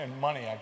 money